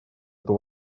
эту